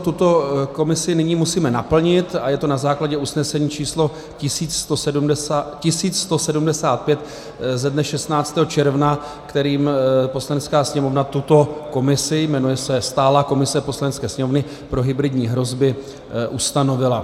Tuto komisi nyní musíme naplnit a je to na základě usnesení číslo 1175 ze dne 16. června, kterým Poslanecká sněmovna tuto komisi, jmenuje se stálá komise Poslanecké sněmovny pro hybridní hrozby, ustanovila.